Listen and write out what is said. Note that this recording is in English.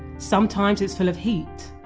sometimes it's full of heat.